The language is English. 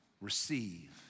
receive